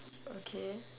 okay